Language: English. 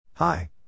Hi